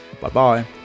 Bye-bye